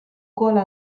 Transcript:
google